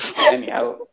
Anyhow